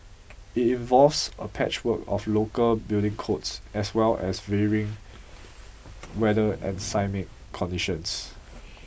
it involves a patchwork of local building codes as well as varying weather and seismic conditions